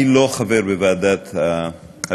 אני לא חבר בוועדת הביקורת,